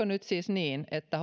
nyt siis niin että